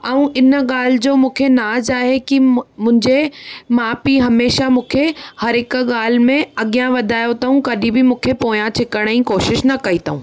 ऐं इन ॻाल्हि जो मूंखे नाज़ आहे की मुंहिंजे माउ पीउ हमेशा मूंखे हर हिकु ॻाल्हि में अॻियां वधायो अथऊं कॾहिं बि मूंखे पोयां छिकण ई कोशिशि न कई अथऊं